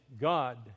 God